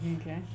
Okay